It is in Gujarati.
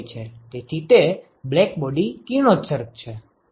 તેથી તે બ્લેકબોડી કિરણોત્સર્ગ છે